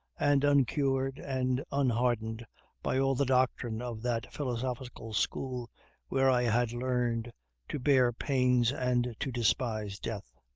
and uncured and unhardened by all the doctrine of that philosophical school where i had learned to bear pains and to despise death.